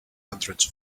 hundreds